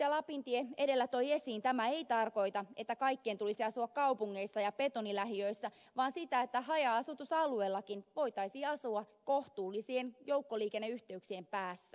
lapintie edellä toi esiin tämä ei tarkoita että kaikkien tulisi asua kaupungeissa ja betonilähiöissä vaan sitä että haja asutusalueillakin voitaisiin asua kohtuullisien joukkoliikenneyhteyksien päässä